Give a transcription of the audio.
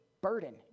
burden